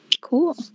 Cool